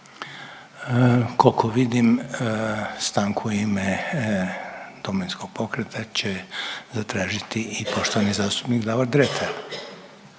Koliko vidim stanku u ime Domovinskog pokreta će zatražiti i poštovani zastupnik Davor Dretar.